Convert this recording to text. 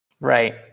right